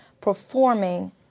performing